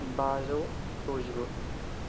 बाजौ गुजिगु